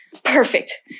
perfect